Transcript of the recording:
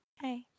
hey